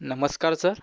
नमस्कार सर